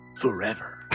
Forever